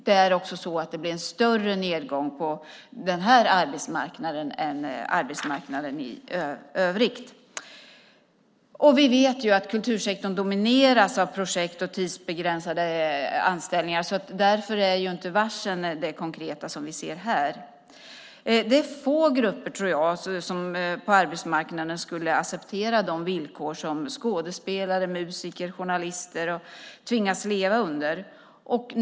Det blir också en större nedgång på den arbetsmarknaden än arbetsmarknaden i övrigt. Vi vet också att kultursektorn domineras av projekt och tidsbegränsade anställningar, och därför är inte varsel det konkreta vi ser här. Jag tror att det är få grupper på arbetsmarknaden som skulle acceptera de villkor som skådespelare, musiker och journalister tvingas leva under.